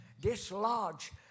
dislodge